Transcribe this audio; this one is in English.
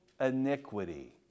iniquity